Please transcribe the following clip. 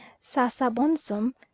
sasabonsum